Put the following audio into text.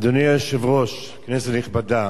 אדוני היושב-ראש, כנסת נכבדה,